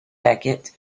becket